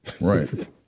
right